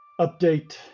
update